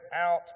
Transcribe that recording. out